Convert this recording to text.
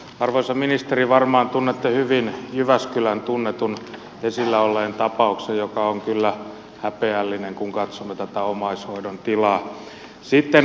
arvoisa ministeri varmaan tunnette hyvin jyväskylän esillä olleen ja tunnetun tapauksen joka on kyllä häpeällinen kun katsomme tätä omaishoidon tilaa